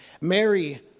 Mary